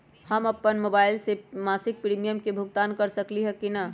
हम अपन मोबाइल से मासिक प्रीमियम के भुगतान कर सकली ह की न?